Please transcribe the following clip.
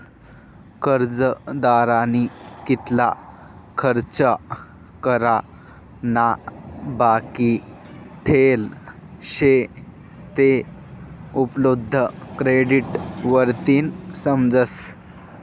कर्जदारनी कितला खर्च करा ना बाकी ठेल शे ते उपलब्ध क्रेडिट वरतीन समजस